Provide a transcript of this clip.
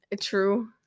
True